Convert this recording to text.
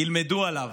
ילמדו עליו.